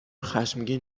خشمگین